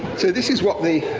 so this is what the,